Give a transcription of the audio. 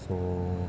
so